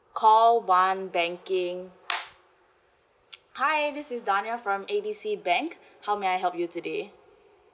call one banking hi this is dania from A B C bank how may I help you today